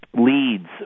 leads